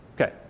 Okay